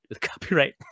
copyright